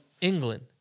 England